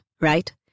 right